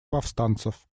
повстанцев